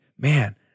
man